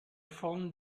found